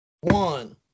One